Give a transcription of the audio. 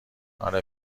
آره